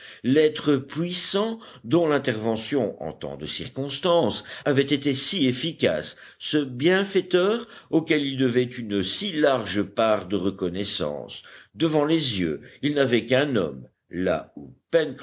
l'être puissant dont l'intervention en tant de circonstances avait été si efficace ce bienfaiteur auquel ils devaient une si large part de reconnaissance devant les yeux ils n'avaient qu'un homme là